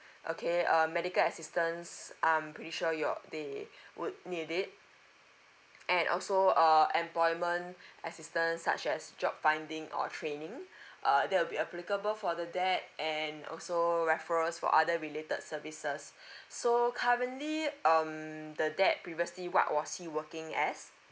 okay um medical assistance I'm pretty sure your they would need it and also uh employment assistance such as job finding or training uh that'll be applicable for the dad and also referrals for other related services so currently um the dad previously what was he working as